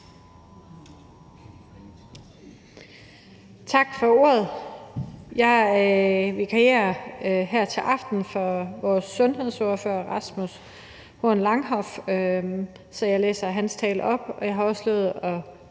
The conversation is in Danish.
Tak for ordet. Jeg vikarierer her til aften for vores sundhedsordfører, Rasmus Horn Langhoff, så jeg læser hans tale op.